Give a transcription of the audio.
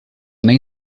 nem